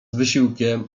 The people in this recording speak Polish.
wysiłkiem